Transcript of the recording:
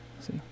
See